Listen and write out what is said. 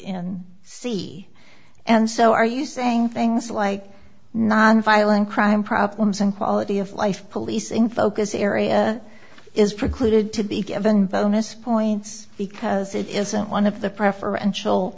in c and so are you saying things like nonviolent crime problems and quality of life policing focus areas is precluded to be given bonus points because it isn't one of the